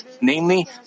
namely